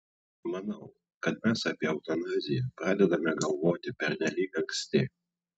manau kad mes apie eutanaziją pradedame galvoti pernelyg anksti